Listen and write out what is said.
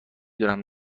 دونم